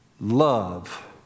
love